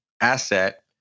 asset